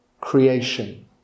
Creation